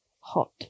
Hot